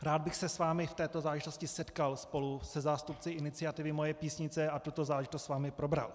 Rád bych se s vámi v této záležitosti setkal spolu se zástupci iniciativy Moje Písnice a tuto záležitost s vámi probral.